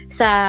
sa